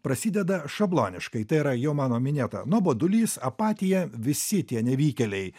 prasideda šabloniškai tai yra jau mano minėta nuobodulys apatija visi tie nevykėliai